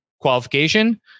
qualification